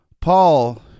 Paul